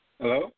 Hello